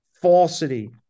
falsity